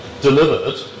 delivered